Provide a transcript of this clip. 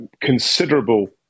considerable